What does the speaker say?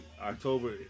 October